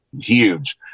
huge